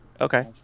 Okay